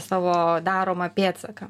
savo daromą pėdsaką